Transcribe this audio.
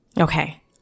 Okay